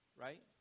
right